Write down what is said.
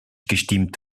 gestimmt